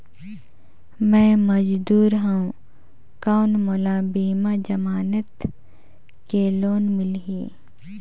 मे मजदूर हवं कौन मोला बिना जमानत के लोन मिलही?